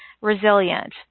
resilient